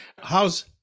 How's